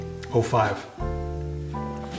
05